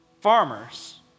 Farmers